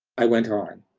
i went on,